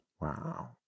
Wow